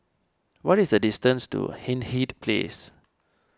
what is the distance to Hindhede Place